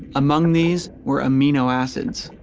among these were amino acids,